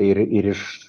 ir ir iš